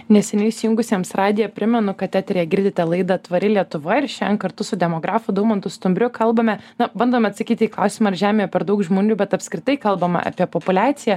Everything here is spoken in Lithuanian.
neseniai įsijungusiems radiją primenu kad eteryje girdite laidą tvari lietuva ir šian kartu su demografu daumantu stumbriu kalbame na bandome atsakyti į klausimą ar žemėje per daug žmonių bet apskritai kalbama apie populiaciją